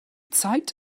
zeit